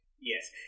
Yes